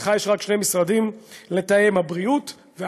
לך יש רק עם שני משרדים לתאם אתם: הבריאות והכלכלה.